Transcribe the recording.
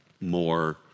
more